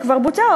שכבר בוצע,